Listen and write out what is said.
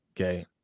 okay